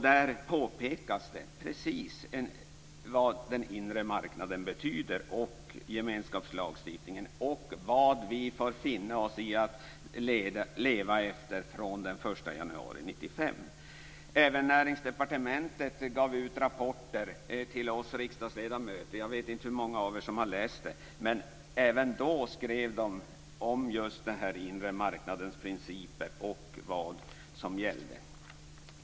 Där påpekas det precis vad den inre marknaden och gemenskapslagstiftningen betyder och vad vi får finna oss i att leva efter från den 1 januari 1995. Även Näringsdepartementet gav ut rapporter till oss riksdagsledamöter. Jag vet inte hur många av er som har läst dem. Även då skrev de om just den inre marknadens principer och vad som gällde.